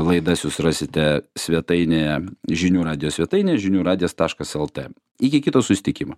laidas jūs rasite svetainėje žinių radijo svetainėje žinių radijas taškas lt iki kito susitikimo